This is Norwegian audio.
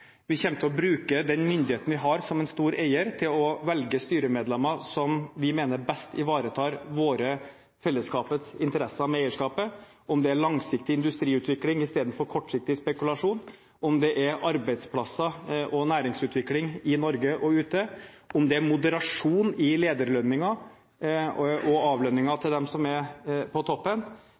vi kommer til å bruke den innflytelsen vi har som en stor eier til å velge styremedlemmer som vi mener best ivaretar våre, fellesskapets, interesser med eierskapet – uansett om det er langsiktig industriutvikling i stedet for kortsiktig spekulasjon, om det er arbeidsplasser og næringsutvikling i Norge og ute, om det er moderasjon i lederlønninger og avlønninger til dem som er på toppen,